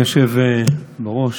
אדוני היושב-ראש,